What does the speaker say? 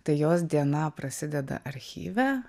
tai jos diena prasideda archyve